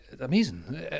amazing